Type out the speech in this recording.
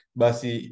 basi